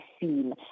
seen